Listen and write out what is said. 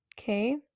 okay